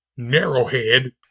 Narrowhead